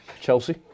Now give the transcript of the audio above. Chelsea